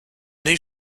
new